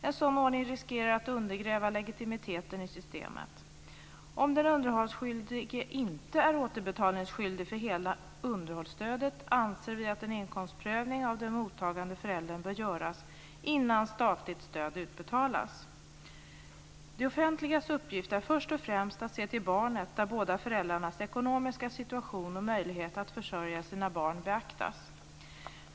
En sådan ordning riskerar att undergräva legitimiteten i systemet. Om den underhållsskyldige inte är återbetalningsskyldig för hela underhållsstödet anser vi att en inkomstprövning av den mottagande föräldern bör göras innan statligt stöd utbetalas. Det offentligas uppgift är först och främst att se till barnet där båda föräldrarnas ekonomiska situation och möjlighet att försörja sina barn beaktas.